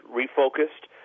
refocused